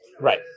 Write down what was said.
Right